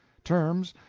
terms,